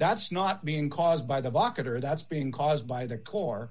that's not being caused by the doctor that's being caused by the corps